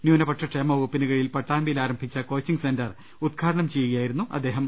ന്യൂനപക്ഷ ക്ഷേമ വകുപ്പിന് കീഴിൽ പട്ടാമ്പിയിൽ ആരംഭിച്ച കോച്ചിംഗ് സെൻറർ ഉദ്ഘാടനം ചെയ്യുകയായിരുന്നു അദ്ദേഹം